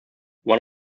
one